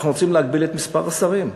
אנחנו רוצים להגביל את מספר השרים,